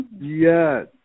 Yes